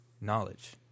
knowledge